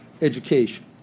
education